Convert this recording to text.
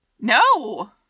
No